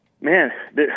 man